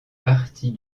partie